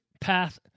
path